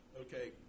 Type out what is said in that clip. Okay